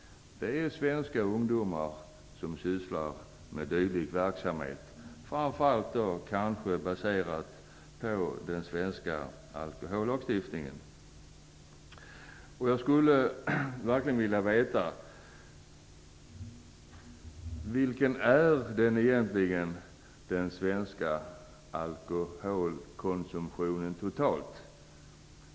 Det är svenska ungdomar som sysslar med dylik verksamhet, framför allt beroende på den svenska alkohollagstiftningen. Jag skulle verkligen vilja veta vilken den svenska alkoholkonsumtionen egentligen är totalt.